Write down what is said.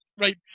Right